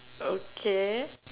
okay